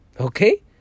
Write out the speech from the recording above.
Okay